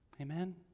Amen